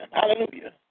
hallelujah